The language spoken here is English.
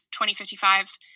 2055